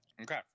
Okay